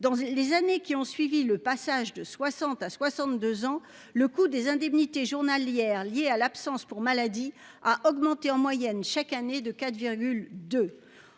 dans les années qui ont suivi le passage de 60 à 62 ans, le coût des indemnités journalières liées à l'absence pour maladie a augmenté en moyenne chaque année de 4,2.